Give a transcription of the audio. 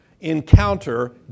encounter